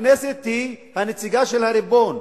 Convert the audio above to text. הכנסת היא הנציגה של הריבון.